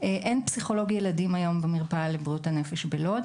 אין היום פסיכולוג ילדים במרפאה לבריאות הנפש בלוד.